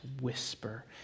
whisper